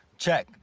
check,